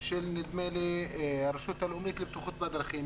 של נדמה לי הרשות הלאומית לבטיחות בדרכים,